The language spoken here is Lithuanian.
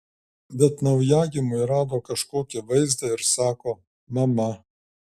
bet naujagimiui rodo kažkokį vaizdą ir sako mama